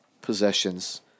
possessions